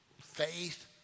Faith